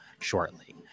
shortly